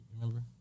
Remember